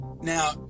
Now